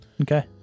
Okay